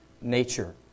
nature